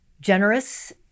generous